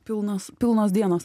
pilnos pilnos dienos